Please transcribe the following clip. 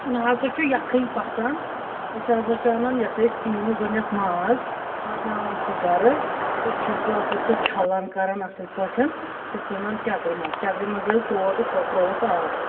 مےٚ ہسا چھِ یَخٕنۍ پَسنٛد أسۍ ہسا چھِ اَنان یہِ ہسا یہِ سیٖنُک گۄڈٕنیٚتھ ماز واتناوان چھِ گھرٕ تہٕ چھِ پَتہٕ سُہ چھَلان کران اصٕل پٲٹھۍ سُہ چھُ ژھٕنان ٹیٚکرِ منٛز ٹیٚکرِ منٛز ییٚلہِ ترٛوو تہٕ تھوٚو ترٛووُس آب